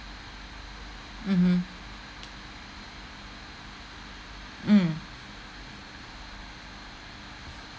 mmhmm mm